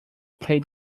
play